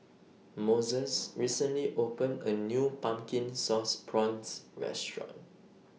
Moses recently opened A New Pumpkin Sauce Prawns Restaurant